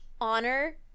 honor